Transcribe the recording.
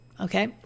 Okay